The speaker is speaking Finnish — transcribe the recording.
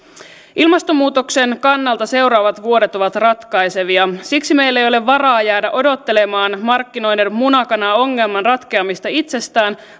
ilmastonmuutoksen kannalta seuraavat vuodet ovat ratkaisevia siksi meillä ei ole varaa jäädä odottelemaan markkinoiden muna kana ongelman ratkeamista itsestään